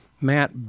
Matt